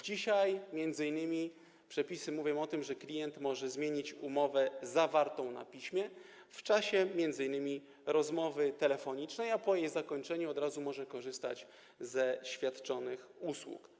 Dzisiaj przepisy mówią o tym, że klient może zmienić umowę zawartą na piśmie w czasie m.in. rozmowy telefonicznej, a po jej zakończeniu od razu korzystać ze świadczonych usług.